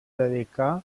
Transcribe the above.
dedicà